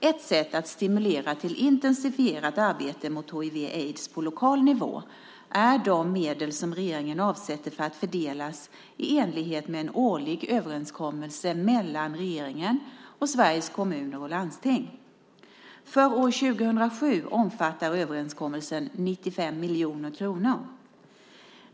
Ett sätt att stimulera till intensifierat arbete mot hiv/aids på lokal nivå är de medel som regeringen avsätter för att fördelas i enlighet med en årlig överenskommelse mellan regeringen och Sveriges Kommuner och Landsting. För år 2007 omfattar överenskommelsen 95 miljoner kronor.